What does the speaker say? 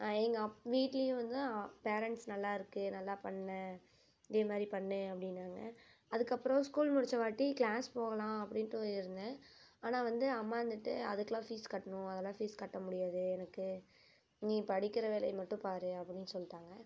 எங்கள் அப் வீட்டிலையும் வந்து பேரன்ட்ஸ் நல்லா இருக்குது நல்லா பண்ணுன இதே மாதிரி பண்ணு அப்படின்னாங்க அதுக்கப்புறம் ஸ்கூல் முடிச்சவாட்டி கிளாஸ் போகலாம் அப்படின்டு இருந்தேன் ஆனால் வந்து அம்மா வந்துட்டு அதுக்கலாம் ஃபீஸ் கட்டணும் அதெலாம் ஃபீஸ் கட்ட முடியாது எனக்கு நீ படிக்கிற வேலையை மட்டும் பார் அப்படினுட்டு சொல்லிட்டாங்க